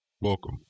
Welcome